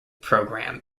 program